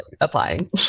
applying